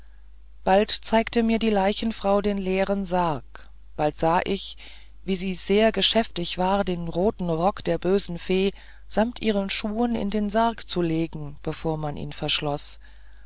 bald zeigte mir die leichenfrau den leeren sarg bald sah ich wie sie sehr geschäftig war den roten rock der bösen fee samt ihren schuhen in den sarg zu legen bevor man ihn verschloß